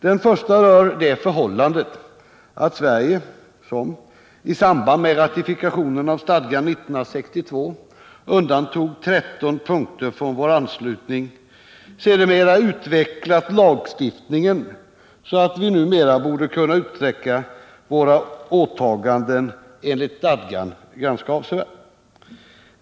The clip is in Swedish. Den första frågan rör det förhållandet att Sverige, som i samband med ratifikationen av stadgan år 1962 undantog 13 punkter som det inte ville bli bundet av, sedermera utvecklat lagstiftningen, så att Sverige numera borde kunna utsträcka sina åtaganden enligt stadgan ganska avsevärt.